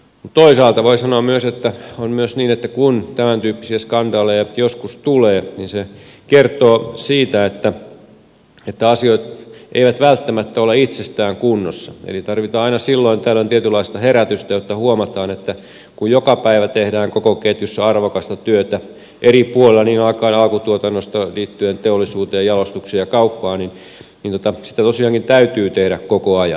toisaalta voi sanoa että on myös niin että kun tämäntyyppisiä skandaaleja joskus tulee niin se kertoo siitä että asiat eivät välttämättä ole itsestään kunnossa eli tarvitaan aina silloin tällöin tietynlaista herätystä jotta huomataan että kun joka päivä tehdään koko ketjussa arvokasta työtä eri puolilla alkaen alkutuotannosta ja päätyen teollisuuteen jalostukseen ja kauppaan niin seurantaa tosiaankin täytyy tehdä koko ajan